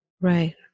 right